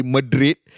Madrid